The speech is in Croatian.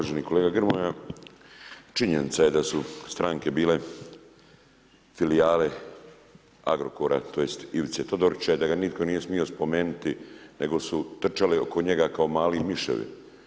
Uvaženi kolega Grmoja, činjenica je da su stranke bile filijale Agrokora, tj. Ivice Todorića i da ga nitko nije smio spomenuti, nego su trčali oko njega kao mali miševo.